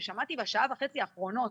כששמעתי בשעה וחצי האחרונות